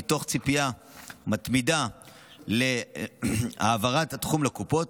מתוך ציפייה מתמדת להעברת התחום לקופות,